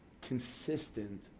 consistent